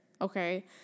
okay